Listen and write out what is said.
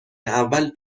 اول